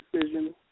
decision